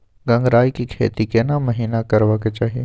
गंगराय के खेती केना महिना करबा के चाही?